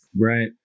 Right